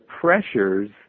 pressures